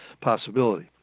possibility